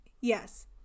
Yes